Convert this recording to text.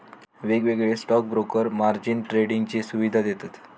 वेगवेगळे stock broker margin ट्रेडिंगची सुवीधा देतत